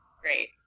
Great